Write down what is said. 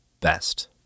best